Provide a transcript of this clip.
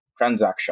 transaction